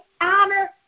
honor